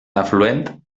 afluent